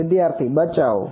વિદ્યાર્થી બચાવવું